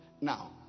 Now